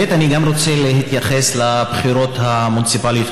גם אני רוצה להתייחס לבחירות המוניציפליות,